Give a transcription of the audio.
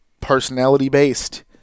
personality-based